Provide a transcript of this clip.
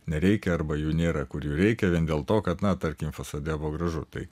nereikia arba jų nėra kur jų reikia vien dėl to kad na tarkim fasade buvo gražu tai